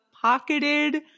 pocketed